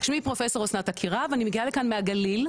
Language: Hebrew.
שמי פרופסור אסנת עקירב, אני מגיעה לכאן מהגליל,